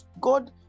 God